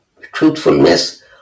truthfulness